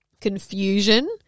confusion